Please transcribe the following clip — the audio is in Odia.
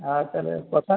ହଁ ତାହେଲେ କଥା